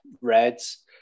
Reds